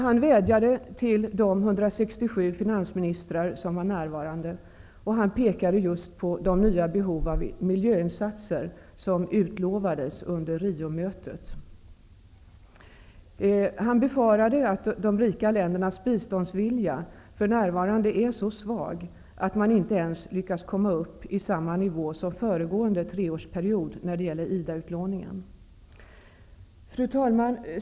Han talade till finansministrar från 167 länder och pekade på bl.a. de nya behov av miljöinsatser som utlovades under Riomötet. Preston befarar att de rika ländernas biståndsvilja för närvarande är så svag att man inte ens lyckas komma upp i samma nivå som föregående treårsperiod av IDA-utlåning. Fru talman!